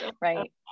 Right